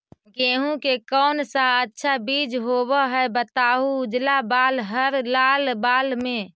गेहूं के कौन सा अच्छा बीज होव है बताहू, उजला बाल हरलाल बाल में?